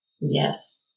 Yes